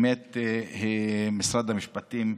משרד המשפטים,